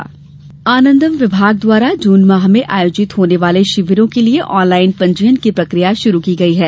आनंदम शिविर आनंदम विभाग द्वारा अगले जून माह में आयोजित होने वाले शिविरों के लिये ऑनलाइन पंजीयन की प्रक्रिया शुरू की गई है